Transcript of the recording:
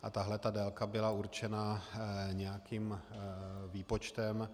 A tahle délka byla určena nějakým výpočtem.